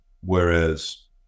Whereas